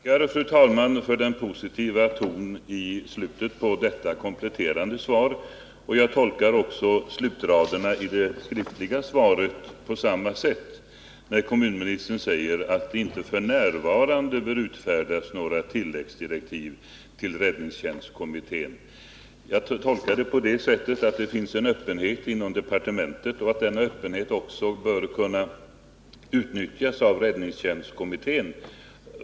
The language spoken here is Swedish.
Fru talman! Jag tackar för den positiva tonen i slutet på detta kompletterande svar. Jag tolkar också slutraderna i det skriftliga svaret på samma sätt, när kommunministern säger att det inte f.n. bör utfärdas tilläggsdirektiv till räddningstjänstkommittén. Jag tolkar det på det sättet att det finns en öppenhet inom departementet och att denna öppenhet också bör kunna utnyttjas av räddningsi änstkommittén.